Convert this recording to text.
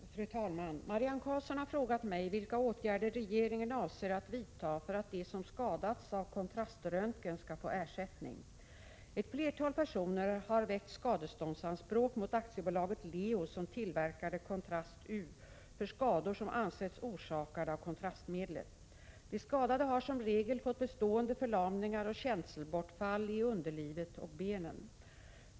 Fru talman! Marianne Karlsson har frågat mig vilka åtgärder regeringen avser att vidta för att de som skadats av kontraströntgen skall få ersättning. Ett flertal personer har väckt skadeståndsanspråk mot AB Leo, som tillverkade Kontrast-U, för skador som ansetts orsakade av kontrastmedlet. De skadade har som regel fått bestående förlamningar och känselbortfall i underlivet och benen.